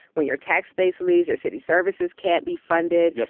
when your tax base leaves your city services can't be funded.